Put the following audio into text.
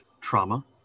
trauma